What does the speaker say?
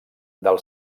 del